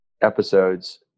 episodes